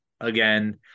again